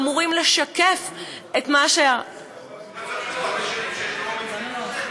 אמורים לשקף את מה, סליחה, סליחה.